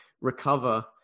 recover